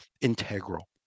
integral